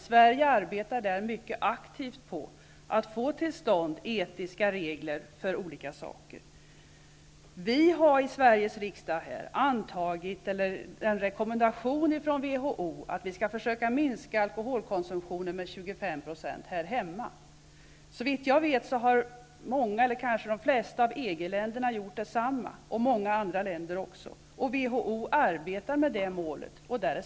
Sverige arbetar där aktivt på att få till stånd etiska regler av olika slag. Vi har i Sveriges riksdag antagit en rekommendation från WHO att vi skall försöka minska alkoholkonsumtionen med 25 % här hemma. Såvitt jag vet har många eller kanske de flesta av EG-länderna gjort detsamma, och många andra länder också. WHO arbetar med det målet.